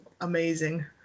amazing